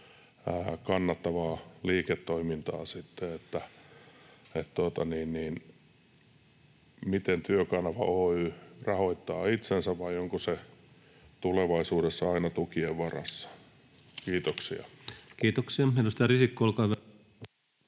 kannattavaa liiketoimintaa sitten, eli miten Työkanava Oy rahoittaa itsensä vai onko se tulevaisuudessa aina tukien varassa? — Kiitoksia. [Speech 63] Speaker: